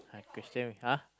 !huh! question me !huh!